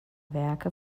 werke